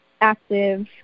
active